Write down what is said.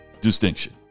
distinction